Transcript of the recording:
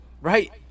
Right